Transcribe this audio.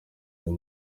uyu